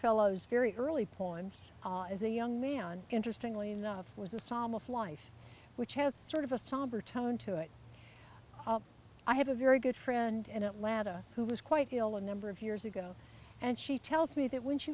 fellow's very early points as a young man interestingly enough was a psalm of life which has sort of a somber tone to it i have a very good friend in atlanta who was quite ill a number of years ago and she tells me that when she